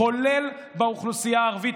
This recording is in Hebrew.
כולל באוכלוסייה הערבית,